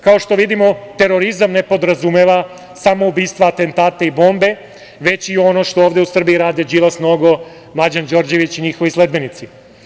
Kao što vidimo, terorizam ne podrazumeva samoubistva, atentate i bombe već i ono što ono što u Srbiji ovde rade Đilas, Nogo, Mlađan Đorđević i njihovi sledbenici.